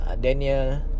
Daniel